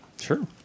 sure